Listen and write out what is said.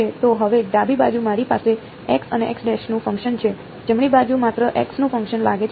તો હવે ડાબી બાજુ મારી પાસે x અને નું ફંક્શન છે જમણી બાજુ માત્ર x નું ફંક્શન લાગે છે